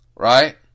Right